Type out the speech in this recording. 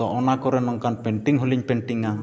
ᱛᱚ ᱚᱱᱟᱠᱚᱨᱮ ᱱᱚᱝᱠᱟᱱ ᱯᱮᱱᱴᱤᱝ ᱦᱚᱸᱞᱤᱝ ᱯᱮᱱᱴᱤᱝᱟ